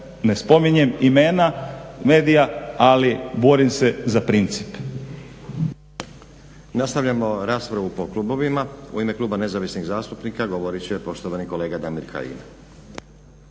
ne spominjem imena medija ali borim se za princip.